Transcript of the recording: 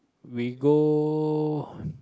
we go